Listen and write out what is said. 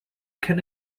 can